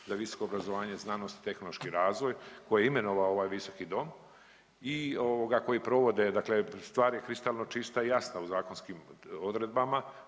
za visoko obrazovanje, znanost i tehnološki razvoj koje je imenovao ovaj visoki dom i ovoga koji provode, dakle stvar je kristalno čista i jasna u zakonskim odredbama.